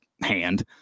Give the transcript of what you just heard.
hand